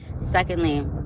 secondly